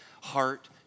heart